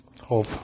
hope